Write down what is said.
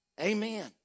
amen